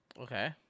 okay